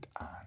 on